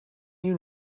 you